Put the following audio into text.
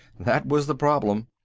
that was the problem.